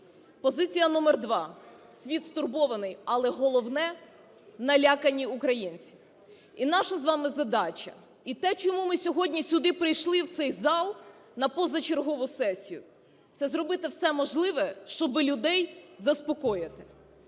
Позиція номер два. Світ стурбований, але головне – налякані українці. І наша з вами задача і те, чому ми сьогодні сюди прийшли у цей зал на позачергову сесію, це зробити все можливе, щоб людей заспокоїти.